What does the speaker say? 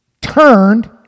turned